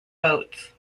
boats